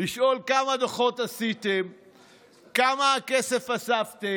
לשאול כמה דוחות הם עשו, כמה כסף אספו,